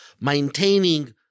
Maintaining